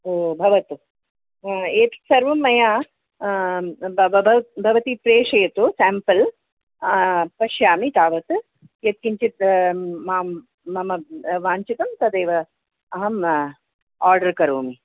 ओ भवतु एतत् सर्वं मया भवती प्रेषयतु सेम्पल् पश्यामि तावत यत् किञ्चित् मां मम वाञ्छितं तदेव अहम् आर्डर् करोमि